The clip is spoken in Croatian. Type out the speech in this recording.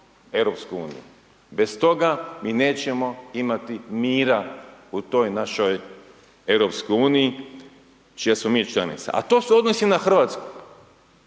Europsku uniju, bez toga mi nećemo imati mira u toj našoj Europskoj uniji, čija smo mi članica, a to se odnosi na Hrvatsku.